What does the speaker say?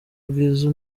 bwiza